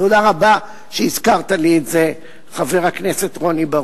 תודה רבה שהזכרת לי את זה, חבר הכנסת רוני בר-און.